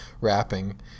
Rapping